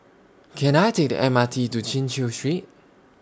Can I Take The M R T to Chin Chew Street